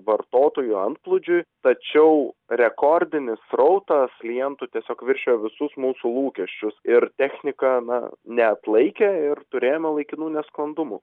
vartotojų antplūdžiui tačiau rekordinis srautas klientų tiesiog viršijo visus mūsų lūkesčius ir technika na neatlaikė ir turėjome laikinų nesklandumų